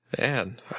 Man